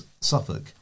Suffolk